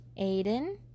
Aiden